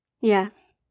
Yes